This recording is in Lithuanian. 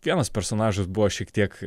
vienas personažas buvo šiek tiek